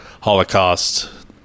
holocaust